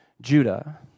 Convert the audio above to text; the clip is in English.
Judah